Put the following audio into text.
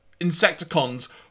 Insecticons